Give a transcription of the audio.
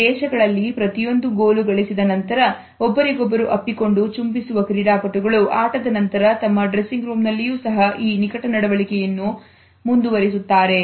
ಈ ದೇಶಗಳಲ್ಲಿ ಪ್ರತಿಯೊಂದು ಗೋಲು ಗಳಿಸಿದ ನಂತರ ಒಬ್ಬರಿಗೊಬ್ಬರು ಅಪ್ಪಿಕೊಂಡು ಚುಂಬಿಸುವ ಕ್ರೀಡಾಪಟುಗಳು ಆಟದ ನಂತರ ತಮ್ಮ ಡ್ರೆಸ್ಸಿಂಗ್ ರೂಮ್ ನಲ್ಲಿಯೂ ಸಹ ಈ ನಿಕಟ ನಡುವಳಿಕೆಯನ್ನು ಮುಂದುವರಿಸುತ್ತಾರೆ